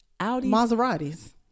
Maserati's